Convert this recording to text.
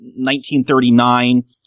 1939